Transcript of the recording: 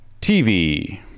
TV